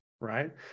right